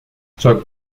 jack